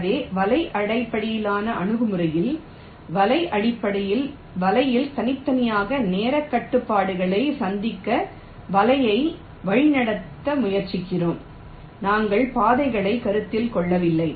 எனவே வலை அடிப்படையிலான அணுகுமுறையில் வலை அடிப்படையில் வலையில் தனித்தனியாக நேரக் கட்டுப்பாடுகளைச் சந்திக்க வலைகளை வழிநடத்த முயற்சிக்கிறோம் நாங்கள் பாதைகளை கருத்தில் கொள்ளவில்லை